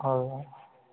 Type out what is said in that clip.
हां